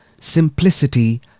simplicity